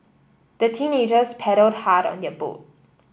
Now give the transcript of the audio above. the teenagers paddled hard on their boat